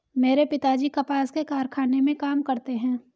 मेरे पिताजी कपास के कारखाने में काम करते हैं